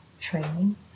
training